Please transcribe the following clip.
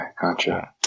gotcha